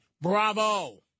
Bravo